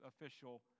official